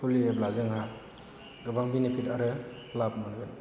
खुलियोब्ला जोंहा गोबां बेनिफिट आरो लाब मोनगोन